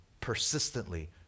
persistently